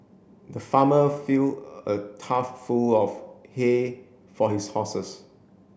the farmer filled a tough full of hay for his horses